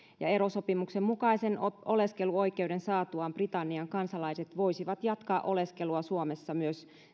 erosopimuksen mukaisen oleskeluoikeuden saatuaan britannian kansalaiset voisivat jatkaa oleskelua suomessa myös